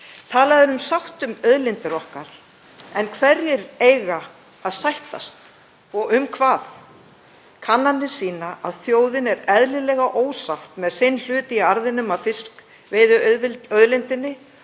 Talað er um sátt um auðlindir okkar en hverjir eiga að sættast og um hvað? Kannanir sýna að þjóðin er eðlilega ósátt með sinn hlut í arðinum af fiskveiðiauðlindinni.